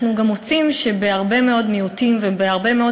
אנחנו גם מוצאים שבהרבה מאוד מיעוטים ובהרבה מאוד